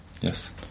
Yes